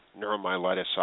neuromyelitis